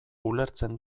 ulertzen